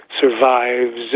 survives